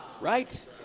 right